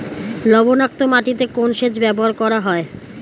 লবণাক্ত মাটিতে কোন সেচ ব্যবহার করা হয়?